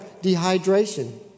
dehydration